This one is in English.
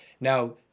Now